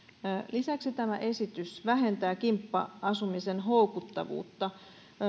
lisäksi tämä esitys vähentää kimppa asumisen houkuttavuutta